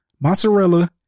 mozzarella